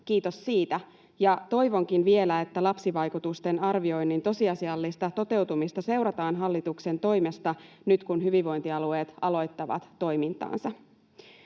kiitos siitä, ja toivonkin vielä, että lapsivaikutusten arvioinnin tosiasiallista toteutumista seurataan hallituksen toimesta nyt kun hyvinvointialueet aloittavat toimintaansa.